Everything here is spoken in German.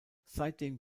seitdem